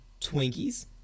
Twinkies